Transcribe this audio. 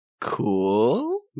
Cool